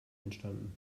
entstanden